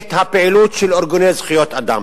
את הפעילות של ארגוני זכויות אדם.